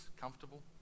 comfortable